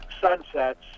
sunsets